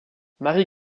marie